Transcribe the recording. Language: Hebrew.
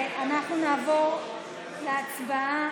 חברות וחברי הכנסת,